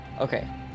Okay